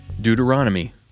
Deuteronomy